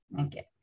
okay